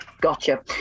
Gotcha